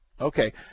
okay